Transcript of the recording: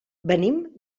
venim